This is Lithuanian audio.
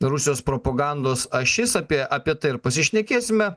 rusijos propagandos ašis apie apie tai ir pasišnekėsime